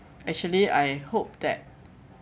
actually I hope that